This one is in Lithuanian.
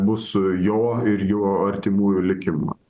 bus su jo ir jo artimųjų likimu